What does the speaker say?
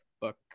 book